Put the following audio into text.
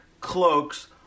cloaks